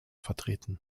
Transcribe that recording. vertreten